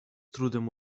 trudem